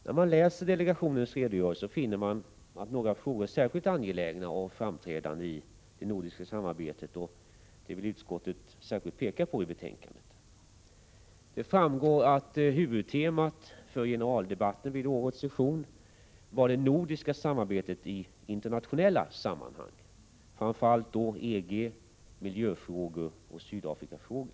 När man läser delegationens redogörelse finner man att några frågor är särskilt angelägna och framträdande i det nordiska samarbetet, och det vill utskottet särskilt peka på i betänkandet. Det framgår att huvudtemat för generaldebatten vid årets session var det nordiska samarbetet i internationella sammanhang, framför allt då EG, miljöfrågor och Sydafrikafrågor.